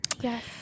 yes